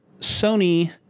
Sony